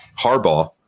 Harbaugh